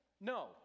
No